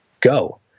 go